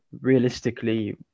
realistically